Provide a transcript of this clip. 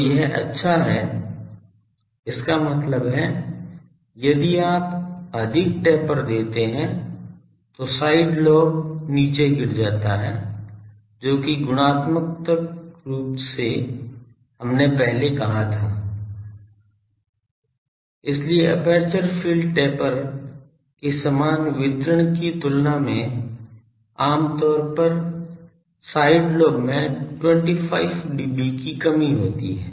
तो यह अच्छा है इसका मतलब है यदि आप अधिक टेपर देते हैं तो साइड लोब नीचे गिर जाता है जो कि गुणात्मक रूप से हमने पहले कहा था इसलिए एपर्चर फील्ड टेपर के समान वितरण की तुलना में आमतौर पर साइड लोब में 25 dB की कमी होती है